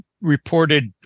reported